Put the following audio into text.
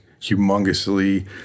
humongously